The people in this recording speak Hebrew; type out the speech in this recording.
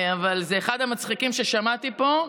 זה אחד המצחיקים ששמעתי פה.